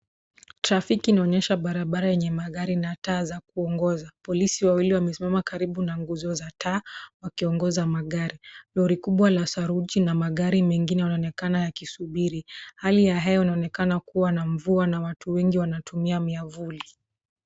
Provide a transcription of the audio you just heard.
Trafiki inaonyesha barabara yenye magari na taa za kuongoza. Polisi wawili wamesimama karibu na nguzo za taa wakiongoza magari. Lori kubwa la saruji na magari mengine yanaonekana yakisubiri. Hali ya hewa inaonekana kuwa na mvua na watu wengi wanatumia miavuli.